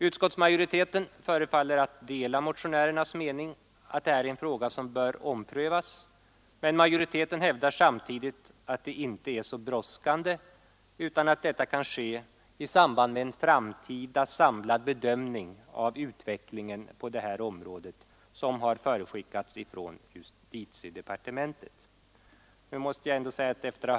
Utskottsmajoriteten förefaller dela motionärernas mening att detta är en fråga som bör omprövas, men majoriteten hävdar samtidigt att det inte är så brådskande utan att omprövning kan ske i samband med en framtida samlad bedömning av utvecklingen på detta område, såsom har förutskickats från justitiedepartementet.